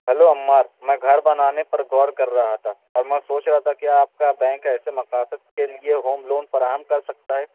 hello Ammar میں گھر بنانے پر غور کر رہا تھا اور میں سوچ رہا تھا کہ آپ کا بینک ایسے مقاصد کے لیے ہوم لون فراہم کر سکتا ہے